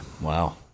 Wow